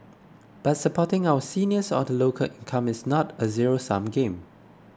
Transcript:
but supporting our seniors or the lower income is not a zero sum game